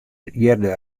hearde